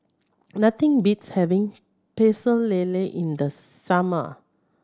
nothing beats having Pecel Lele in the summer